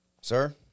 Sir